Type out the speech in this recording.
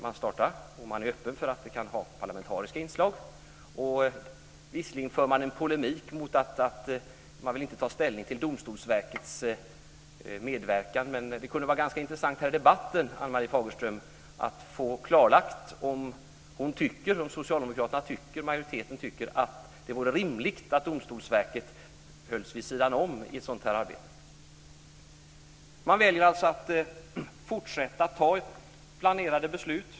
Man är öppen för att utvärderingen kan ha parlamentariska inslag. Visserligen förs en polemik. Man säger att man inte vill ta ställning till Domstolsverkets medverkan. Det kunde vara intressant att få klarlagt om majoriteten tycker att det vore rimligt att Domstolsverket hölls vid sidan om ett sådant arbete. Man väljer att fortsätta genomföra planerade beslut.